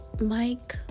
mike